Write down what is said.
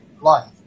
life